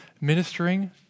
ministering